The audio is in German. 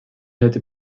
hätte